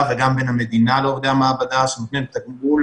וגם בין המדינה לעובדי המעבדה שנותנים את הטיפול,